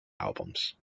albums